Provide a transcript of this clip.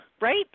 right